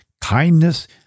kindness